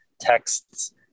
texts